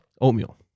Oatmeal